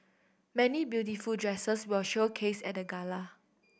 many beautiful dresses were showcased at the gala